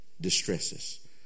distresses